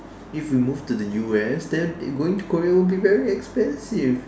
if we move to the U_S then going to Korea will be very expensive